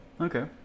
Okay